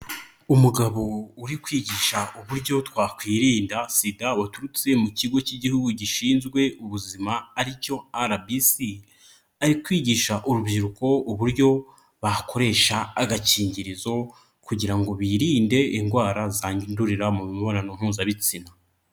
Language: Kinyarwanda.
Umugabo uri kwigisha uburyo twakwirinda sida waturutse mu kigo cy'igihugu gishinzwe ubuzima aricyo RBC ari kwigisha urubyiruko uburyo bakoresha agakingirizo kugira ngo birinde indwara zandurira mu mibonano mpuzabitsina.